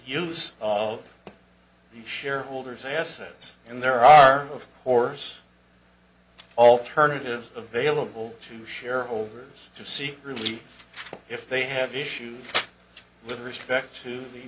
of the shareholders assets and there are of course alternatives available to shareholders to see really if they have issues with respect to the